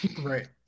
right